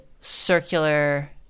circular